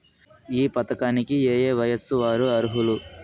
ఈ పథకానికి ఏయే వయస్సు వారు అర్హులు?